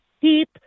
keep